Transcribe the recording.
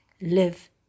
Live